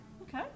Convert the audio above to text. Okay